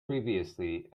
previously